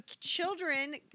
children